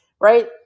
right